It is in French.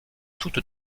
toute